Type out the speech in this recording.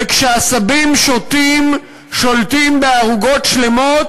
וכשעשבים שוטים שולטים בערוגות שלמות,